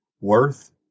worth